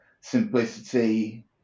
simplicity